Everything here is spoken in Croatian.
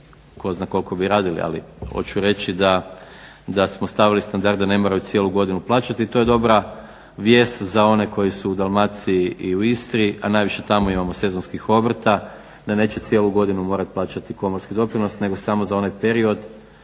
tko zna koliko bi radili ali hoću reći da smo stavili standard da ne moraju cijelu godinu plaćati. To je dobra vijest za one koji su u Dalmaciji i u Istri, a najviše tamo imamo sezonskih obrta, da neće cijelu godinu morati plaćati pomorski doprinos nego samo za onaj period